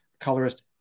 colorist